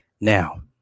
Now